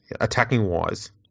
attacking-wise